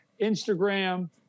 Instagram